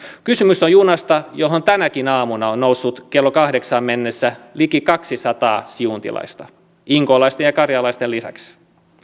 kysymys on junasta johon tänäkin aamuna on noussut kello kahdeksaan mennessä liki kaksisataa siuntiolaista inkoolaisten ja karjaalaisten lisäksi